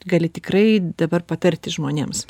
gali tikrai dabar patarti žmonėms